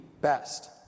best